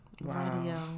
Radio